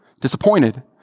disappointed